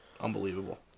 Unbelievable